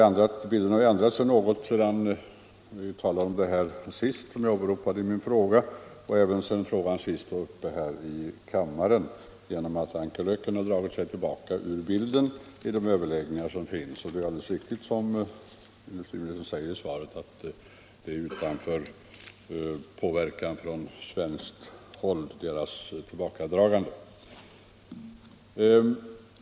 Bilden har ändrat sig något sedan frågan senast var uppe i kammaren - genom att Ankerlökken har dragit sig tillbaka från överläggningarna. Det är alldeles riktigt som industriministern säger i svaret att det tillbakadragandet ligger utanför påverkan från svenskt håll.